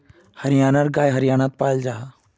हरयाना गाय हर्यानात पाल जाहा